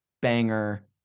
banger